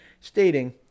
stating